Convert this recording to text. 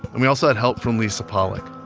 and we also had help from lisa pollak.